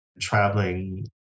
traveling